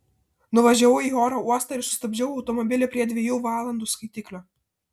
nuvažiavau į oro uostą ir sustabdžiau automobilį prie dviejų valandų skaitiklio